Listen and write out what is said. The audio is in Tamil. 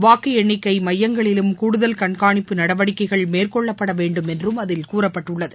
வாக்குஎன்னிக்கைமையங்களிலும் கூடுதல் கண்காணிப்பு நடவடிக்கைகள் மேற்கொள்ளப்படவேண்டும் என்றும் அதில் கூறப்பட்டுள்ளது